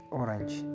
orange